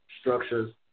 structures